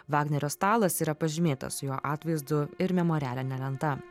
vagnerio stalas yra pažymėtas jo atvaizdu ir memorialine lenta